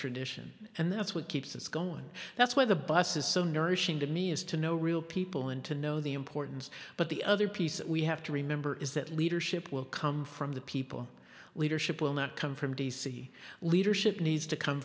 tradition and that's what keeps us going that's why the bus is so nourishing to me is to know real people and to know the importance but the other piece we have to remember is that leadership will come from the people leadership will not come from d c leadership needs to come